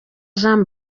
jean